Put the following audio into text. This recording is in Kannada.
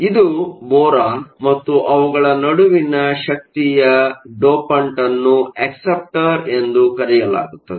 ಆದ್ದರಿಂದ ಇದು ಬೋರಾನ್ ಮತ್ತು ಅವುಗಳ ನಡುವಿನ ಶಕ್ತಿಯ ಅಂತರವು ಸುಮಾರು 45 ಮಿಲಿ ಎಲೆಕ್ಟ್ರಾನ್ ವೋಲ್ಟ್ಗಳು ಪಿ ರೀತಿಯ ಡೋಪಂಟ್ ಅನ್ನು ಅಕ್ಸೆಪ್ಟರ್ ಎಂದು ಕರೆಯಲಾಗುತ್ತದೆ